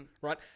Right